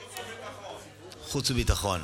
ועדת החוץ והביטחון.